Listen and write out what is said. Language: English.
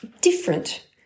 different